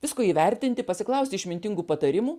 visko įvertinti pasiklausti išmintingų patarimų